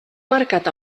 marcat